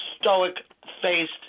stoic-faced